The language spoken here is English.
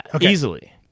Easily